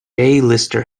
lister